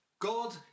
God